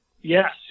Yes